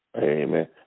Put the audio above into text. Amen